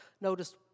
Notice